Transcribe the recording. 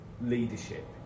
leadership